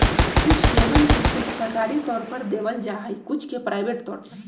कुछ लोगन के शुल्क सरकारी तौर पर देवल जा हई कुछ के प्राइवेट तौर पर